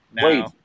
Wait